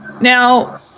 Now